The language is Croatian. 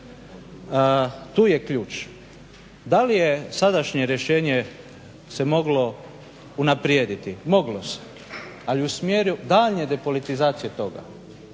Tu je ključ. Da li je sadašnje rješenje se moglo unaprijediti? Moglo se ali u smjeru daljnje depolitizacije toga.